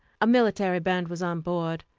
a military band was on board,